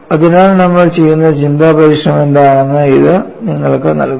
അതിനാൽ നമ്മൾ ചെയ്യുന്ന ചിന്താ പരീക്ഷണം എന്താണെന്ന് ഇത് നിങ്ങൾക്ക് നൽകുന്നു